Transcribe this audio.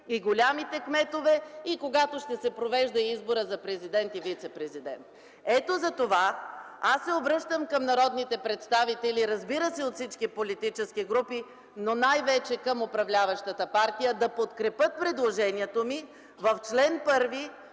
и големите кметове, и когато ще се провежда изборът за президент и вицепрезидент. Ето затова аз се обръщам към народните представители, разбира се, от всички политически групи, но най-вече към управляващата партия – да подкрепят предложението ми в чл. 1